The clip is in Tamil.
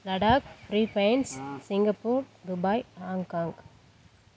Ladakh Philippines Singapore Dubai Hong Kong